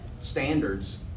standards